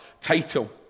title